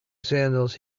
sandals